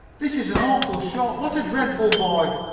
this is an awful shock! what a dreadful boy!